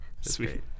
Sweet